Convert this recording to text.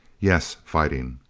yes. fighting.